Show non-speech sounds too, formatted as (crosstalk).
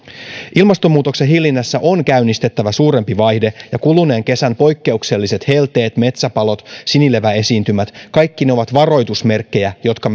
ilmastonmuutoksen hillinnässä on käynnistettävä suurempi vaihde ja kuluneen kesän poikkeukselliset helteet metsäpalot sinileväesiintymät kaikki ne ovat varoitusmerkkejä jotka (unintelligible)